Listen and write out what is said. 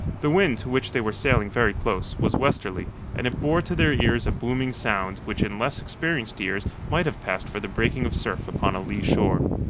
the wind, to which they were sailing very close, was westerly, and it bore to their ears a booming sound which in less experienced ears might have passed for the breaking of surf upon a lee shore.